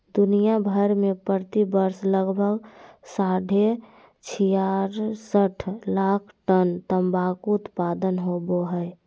दुनिया भर में प्रति वर्ष लगभग साढ़े छियासठ लाख टन तंबाकू उत्पादन होवई हई,